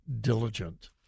diligent